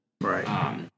right